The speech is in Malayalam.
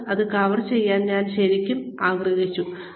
ഇന്ന് ഇത് കവർ ചെയ്യാൻ ഞാൻ ശരിക്കും ആഗ്രഹിച്ചു